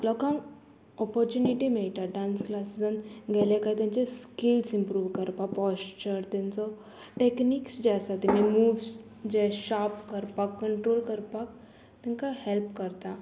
लोकांक ऑपोर्चुनिटी मेळटा डांस क्लासिसान गेले काय तेंचे स्किल्स इमप्रूव करपाक पॉस्चर तेंचो टॅक्नीक्स जे आसा तें मुव्स जे शार्प करपाक कंट्रोल करपाक तेंकां हेल्प करता